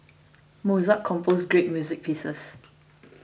Mozart composed great music pieces